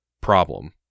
problem